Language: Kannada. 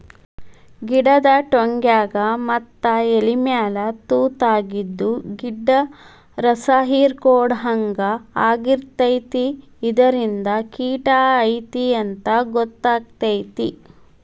ಗಿಡದ ಟ್ವಂಗ್ಯಾಗ ಮತ್ತ ಎಲಿಮ್ಯಾಲ ತುತಾಗಿದ್ದು ಗಿಡ್ದ ರಸಾಹಿರ್ಕೊಡ್ಹಂಗ ಆಗಿರ್ತೈತಿ ಇದರಿಂದ ಕಿಟ ಐತಿ ಅಂತಾ ಗೊತ್ತಕೈತಿ